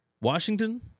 Washington